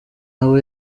abo